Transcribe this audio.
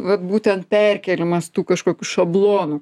vat būtent perkėlimas tų kažkokių šablonų